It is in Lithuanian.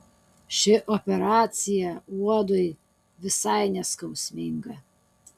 ši operacija uodui visai neskausminga